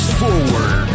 forward